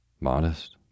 Modest